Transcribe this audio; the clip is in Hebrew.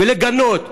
ולגנות,